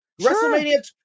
WrestleMania